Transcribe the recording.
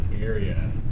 area